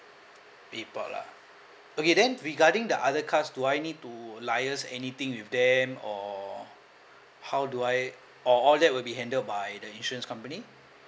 report lah okay then regarding the other cars do I need to liaise anything with them or how do I or all that will be handled by the insurance company